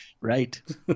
Right